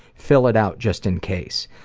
fill it out just in case.